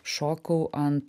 šokau ant